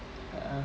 ah